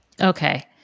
Okay